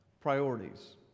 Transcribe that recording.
priorities